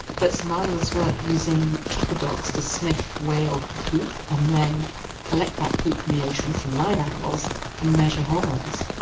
but some marvellous work using tracker dogs to sniff whale poop, and then collect that poop in the ocean from live animals and measure hormones,